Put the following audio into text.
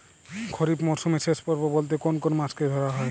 খরিপ মরসুমের শেষ পর্ব বলতে কোন কোন মাস কে ধরা হয়?